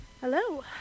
Hello